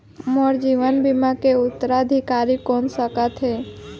मोर जीवन बीमा के उत्तराधिकारी कोन सकत हे?